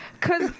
Cause